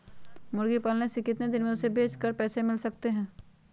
मुर्गी पालने से कितने दिन में हमें उसे बेचकर पैसे मिल सकते हैं?